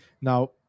now